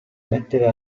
mettere